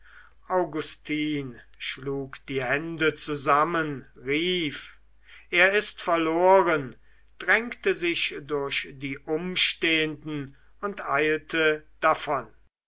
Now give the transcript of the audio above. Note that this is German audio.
augustin schlug die hände zusammen rief er ist verloren drängte sich durch die umstehenden und eilte davon